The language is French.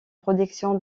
production